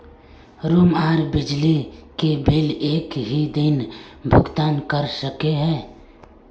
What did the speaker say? Room आर बिजली के बिल एक हि दिन भुगतान कर सके है?